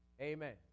Amen